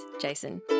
jason